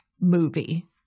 movie